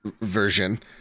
version